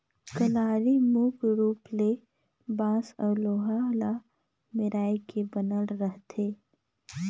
कलारी मुख रूप ले बांस अउ लोहा ल मेराए के बनल रहथे